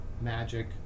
magic